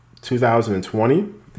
2020